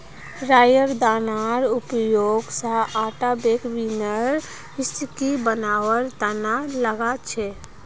राईयेर दानार उपयोग स आटा ब्रेड बियर व्हिस्की बनवार तना लगा छेक